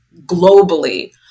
globally